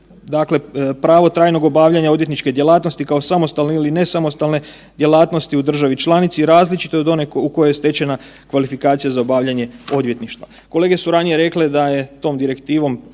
dakle pravo trajnog obavljanja odvjetničke djelatnosti kao samostalne ili nesamostalne djelatnosti u državi članici različito je od one u kojoj je stečena kvalifikacija za obavljanje odvjetništva. Kolege su ranije rekle da je tom direktivom